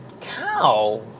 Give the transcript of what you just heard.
cow